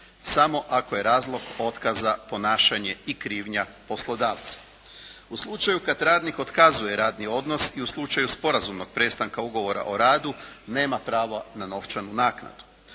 samo ako je razlog otkaza ponašanje i krivnja poslodavca. U slučaju kad radnik otkazuje radni odnos i u slučaju sporazumnog prestanka ugovora o radu nema pravo na novčanu naknadu.